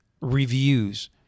reviews